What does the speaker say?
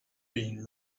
been